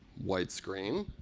white screen.